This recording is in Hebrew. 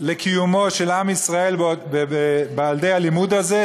לקיומו של עם ישראל על-ידי הלימוד הזה,